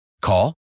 Call